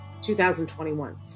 2021